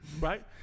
Right